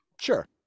Sure